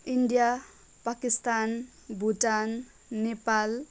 India Pakistan Bhutan Nepal